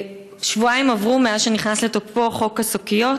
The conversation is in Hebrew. שבועיים עברו מאז נכנס לתוקפו חוק השקיות.